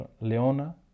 Leona